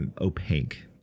opaque